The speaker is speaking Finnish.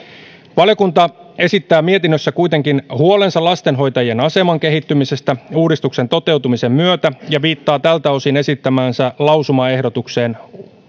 valiokunta esittää mietinnössä kuitenkin huolensa lastenhoitajien aseman kehittymisestä uudistuksen toteutumisen myötä ja viittaa tältä osin esittämäänsä lausumaehdotukseen